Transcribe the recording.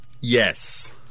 Yes